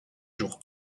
jours